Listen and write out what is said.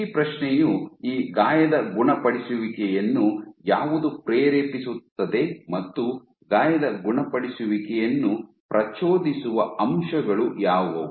ಈ ಪ್ರಶ್ನೆಯು ಈ ಗಾಯದ ಗುಣಪಡಿಸುವಿಕೆಯನ್ನು ಯಾವುದು ಪ್ರೇರೇಪಿಸುತ್ತದೆ ಮತ್ತು ಗಾಯದ ಗುಣಪಡಿಸುವಿಕೆಯನ್ನು ಪ್ರಚೋದಿಸುವ ಅಂಶಗಳು ಯಾವುವು